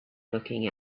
looking